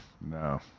No